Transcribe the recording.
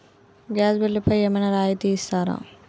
Gas బిల్లుపై ఏమైనా రాయితీ ఇస్తారా?